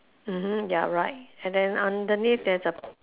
mmhmm ya right and then underneath there's a